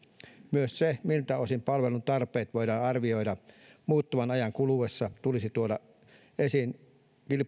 myös se miltä osin palvelutarpeet voidaan arvioida muuttuvan ajan kuluessa tulisi tuoda esiin